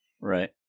Right